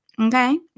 okay